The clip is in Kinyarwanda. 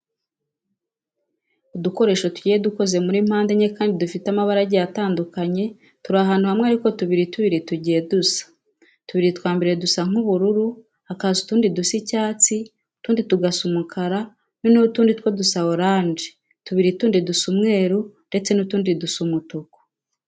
Udukoresho tugiye dukoze muri mpande enye kandi dufite amabara agiye atandukanye, turi ahantu hamwe ariko tubiri tubiri tugiye dusa. Tubiri twa mbere dusa nk'ubururu, hakaza utundi dusa icyatsi, utundi tugasa umukara, noneho utundi two dusa oranje, tubiri tundi dusa umweru ndetse n'utundi dusa umutuku.